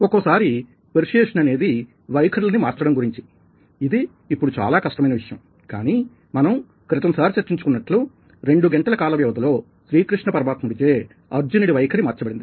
ఒక్కోసారి పెర్స్యుయేసన్ అనేది వైఖరులని మార్చడం గురించిఇది ఇప్పుడు చాలా కష్టమైన విషయంకానీ మనం క్రితం సారి చర్చికున్నట్లు రెండు గంటల కాల వ్యవధిలో శ్రీకృష్ణ పరమాతుడి చే అర్జునిడి వైఖరి మార్చబడింది